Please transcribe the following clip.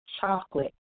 chocolate